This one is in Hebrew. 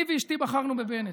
אני ואשתי בחרנו בבנט,